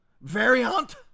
variant